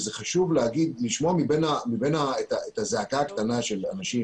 וחשוב להגיד ולשמוע את הזעקה הקטנה של האנשים